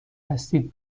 هستید